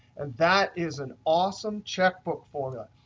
and that is an awesome checkbook formula.